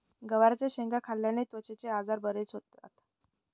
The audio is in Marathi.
गवारच्या शेंगा खाल्ल्याने त्वचेचे आजार बरे होतात